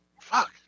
fuck